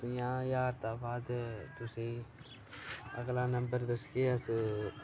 पजांह् ज्हार दे बाद तुसें अगला नम्बर दस्सगे अस